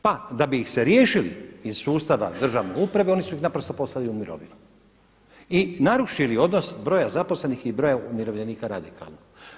Pa da bi ih se riješili iz sustava državne uprave oni su ih naprosto poslali u mirovinu i narušili odnos broja zaposlenih i broja umirovljenika radikalno.